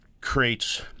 creates